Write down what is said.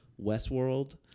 Westworld